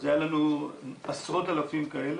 היה לנו עשרות אלפים כאלה.